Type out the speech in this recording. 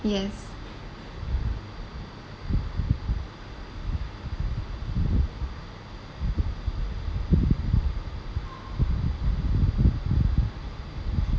yes